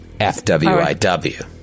fwiw